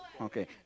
Okay